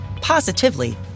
positively